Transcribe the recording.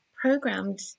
programmed